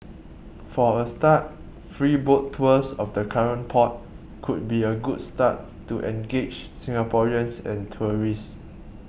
for a start free boat tours of the current port could be a good start to engage Singaporeans and tourists